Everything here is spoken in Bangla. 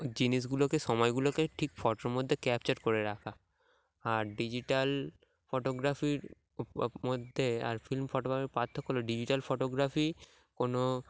জিনিসগুলোকে সময়গুলোকে ঠিক ফটোর মধ্যে ক্যাপচার করে রাখা আর ডিজিটাল ফটোগ্রাফির মধ্যে আর ফিল্ম ফটোগ্রাফির পার্থক্য ডিজিটাল ফটোগ্রাফি কোনো